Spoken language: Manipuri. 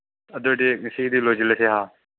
ꯑꯗꯨ ꯑꯣꯏꯔꯗꯤ ꯉꯁꯤꯒꯤꯗꯤ ꯂꯣꯏꯁꯤꯜꯂꯁꯦ ꯍꯥ